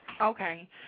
Okay